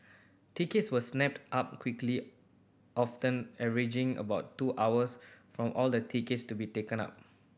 tickets were snapped up quickly often averaging about two hours from all the tickets to be taken up